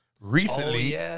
Recently